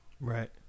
Right